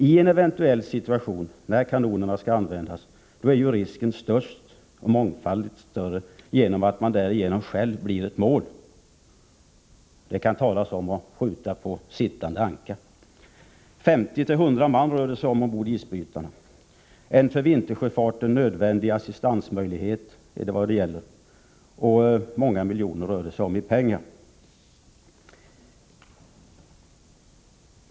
I en eventuell situation när kanonerna skall användas blir risken mångfaldigt större på grund av att isbrytarna genom bestyckningen själva är ett mål. Man kan tala om att skjuta på sittande anka. Det rör sig om 50-100 man ombord på isbrytarna. Det gäller en för — Nr 64 vintertrafiken nödvändig assistansmöjlighet för sjöfarten, och det handlar om många miljoner i pengar.